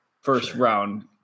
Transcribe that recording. first-round